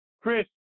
Chris